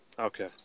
Okay